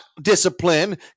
discipline